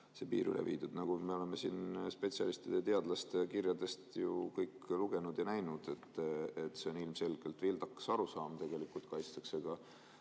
see piir üle viidud. Nagu me oleme siin spetsialistide ja teadlaste kirjadest ju kõik lugenud ja näinud, on see ilmselgelt vildakas arusaam. Tegelikult kaitstakse